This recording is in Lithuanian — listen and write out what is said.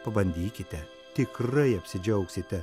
pabandykite tikrai apsidžiaugsite